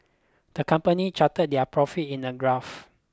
the company charted their profits in a graph